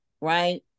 right